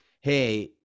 hey